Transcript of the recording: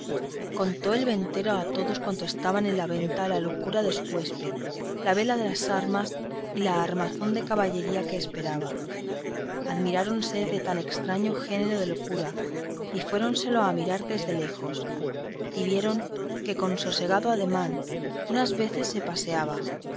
contó el ventero a todos cuantos estaban en la venta la locura de su huésped la vela de las armas y la armazón de caballería que esperaba admiráronse de tan estraño género de locura y fuéronselo a mirar desde lejos y vieron que con sosegado ademán unas veces se paseaba